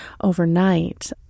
overnight